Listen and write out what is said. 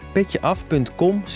Petjeaf.com